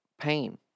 pain